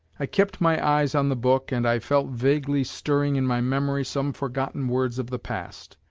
i kept my eyes on the book and i felt vaguely stirring in my memory some forgotten words of the past.